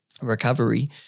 recovery